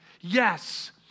Yes